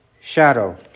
shadow